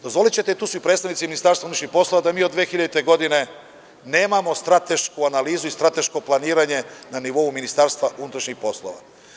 Dozvolićete, tu su i predstavnici Ministarstva unutrašnjih poslova da mi od 2000. godine nemamo stratešku analizu i strateško planiranje na nivou Ministarstva unutrašnjih poslova.